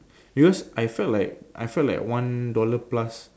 because I felt that like I felt like one dollar plus